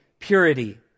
purity